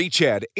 Chad